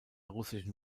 russischen